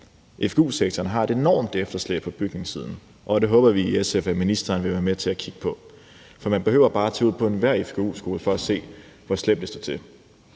Fgu-sektoren har et enormt efterslæb på bygningssiden, og det håber vi i SF at ministeren vil være med til at kigge på. For man behøver bare at tage ud på en hvilken som helst fgu-skole for at se, hvor slemt det står til.